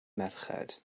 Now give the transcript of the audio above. merched